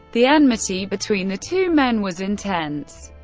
the enmity between the two men was intense,